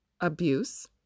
abuse